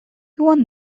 want